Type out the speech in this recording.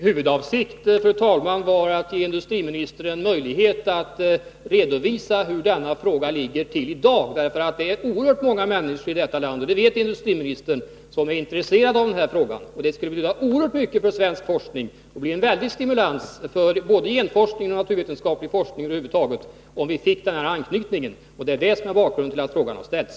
Fru talman! Min huvudavsikt var att ge industriministern en möjlighet att redovisa hur det ligger till med denna fråga i dag. Oerhört många människor i detta land är nämligen intresserade av frågan — och det vet industriministern. Det skulle betyda oerhört mycket för svensk forskning och bli en väldig stimulans för både genforskningen och den naturvetenskapliga forskningen över huvud taget om vi fick den här anknytningen. Det är bakgrunden till att frågan har ställts.